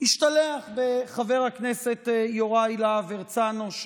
השתלח בחבר הכנסת יוראי להב הרצנו,